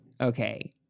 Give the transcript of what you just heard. Okay